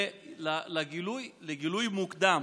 לגילוי מוקדם